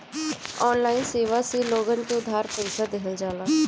online सेवा से लोगन के उधार पईसा देहल जाला